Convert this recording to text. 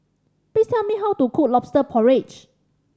please tell me how to cook Lobster Porridge